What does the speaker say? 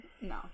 No